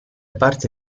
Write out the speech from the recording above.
parte